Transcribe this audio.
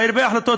היו הרבה החלטות,